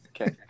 Okay